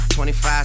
25